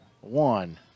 one